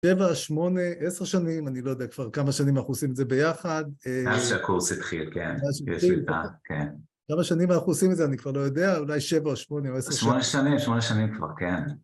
שבע, שמונה, עשר שנים, אני לא יודע כבר כמה שנים אנחנו עושים את זה ביחד. מאז שהקורס התחיל, כן. כמה שנים אנחנו עושים את זה אני כבר לא יודע, אולי שבע, שמונה, עשר שנים. שמונה שנים, שמונה שנים כבר, כן.